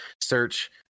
search